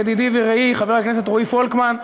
ידידי ורעי חבר הכנסת רועי פולקמן,